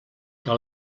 que